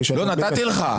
נתתי לך.